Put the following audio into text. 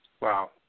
Wow